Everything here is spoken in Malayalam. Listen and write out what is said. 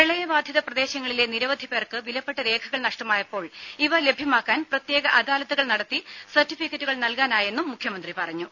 പ്രളയബാധിത പ്രദേശങ്ങളിലെ നിരവധി പേർക്ക് വിലപ്പെട്ട രേഖകൾ നഷ്ടമായപ്പോൾ ഇവ ലഭ്യമാക്കാൻ പ്രത്യേക അദാലത്തുകൾ നടത്തി സർട്ടിഫിക്കറ്റുകൾ നൽകാനായെന്നും മുഖ്യമന്ത്രി പറഞ്ഞു